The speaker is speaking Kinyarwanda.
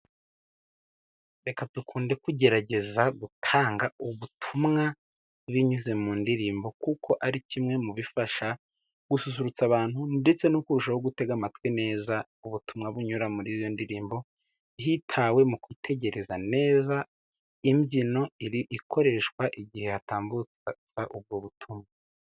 Reka dukunde kugerageza gutanga ubutumwa binyuze mu ndirimbo, kuko ari kimwe mu bifasha gususurutsa abantu, ndetse no kurushaho gutega amatwi neza ubutumwa bunyura muri iyo ndirimbo, hitawe mu kwitegereza neza imbyino ikoreshwa igihe hatambukaga ubwo butumwa.